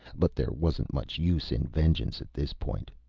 but there wasn't much use in vengeance at this point.